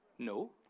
No